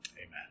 Amen